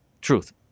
truth